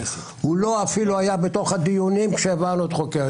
הוא אפילו לא היה בדיונים כשהעברנו את חוקי-היסוד.